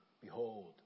Behold